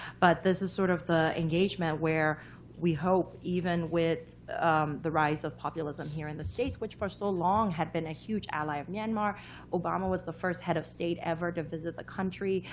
but this is sort of the engagement where we hope, even with the rise of populism here in the states, which for so long had been a huge ally of myanmar obama was the first head of state ever to visit the country.